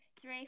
three